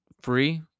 free